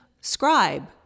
Scribe